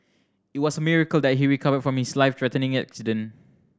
it was a miracle that he recovered from his life threatening accident